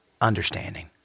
understanding